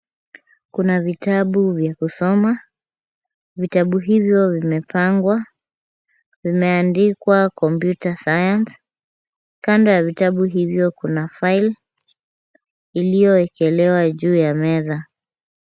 Kuna vitabu vya kusoma. Vitabu hivyo vimepangwa. Vimeandikwa Computer Science . Kando ya vitabu hivyo kuna file iliyowekelewa juu ya meza.